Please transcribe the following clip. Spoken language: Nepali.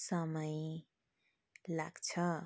समय लाग्छ